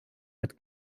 mit